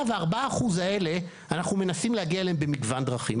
ל-4% האלה אנחנו מנסים להגיע במגוון דרכים.